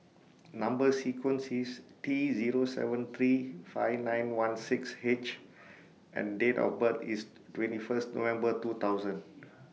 Number sequence IS T Zero seven three five nine one six H and Date of birth IS twenty First November two thousand